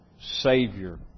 Savior